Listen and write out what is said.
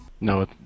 No